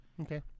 Okay